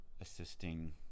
assisting